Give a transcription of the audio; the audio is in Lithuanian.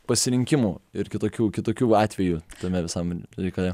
pasirinkimų ir kitokių kitokių atvejų tame visam reikale